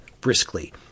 briskly